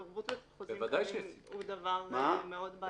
התערבות בחוזים קיימים זה דבר בעייתי מאוד.